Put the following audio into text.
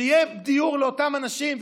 כדי שיהיה דיור לאותם אנשים,